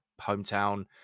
hometown